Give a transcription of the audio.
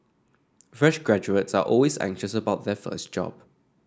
fresh graduates are always anxious about their first job